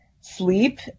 sleep